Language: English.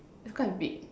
it's quite big